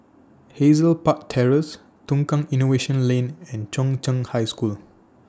Hazel Park Terrace Tukang Innovation Lane and Chung Cheng High School